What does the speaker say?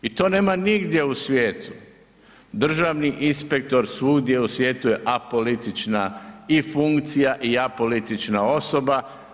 I to nema nigdje u svijetu, državni inspektor svugdje u svijetu je apolitična i funkcija i apolitična osoba.